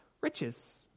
riches